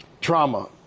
trauma